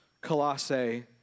Colossae